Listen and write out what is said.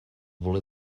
voler